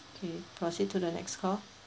okay proceed to the next call